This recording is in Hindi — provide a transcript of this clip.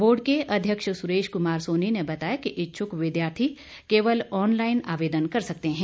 बोर्ड के अध्यक्ष सुरेश कुमार सोनी ने बताया कि इच्छुक विद्यार्थी केवल ऑनलाईन आवेदन कर सकते हैं